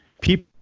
people